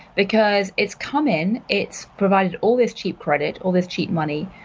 because it's come in, it's provided all this cheap credit, all this cheap money,